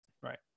Right